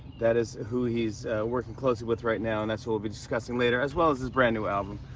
that is who he's working closely with right now and that's who we'll be discussing later, as well as his brand-new album,